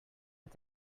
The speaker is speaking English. its